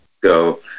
go